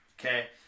Okay